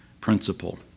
principle